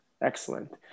Excellent